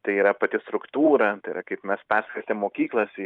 tai yra pati struktūra tai yra kaip mes perstatėm mokyklas į